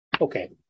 okay